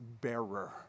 bearer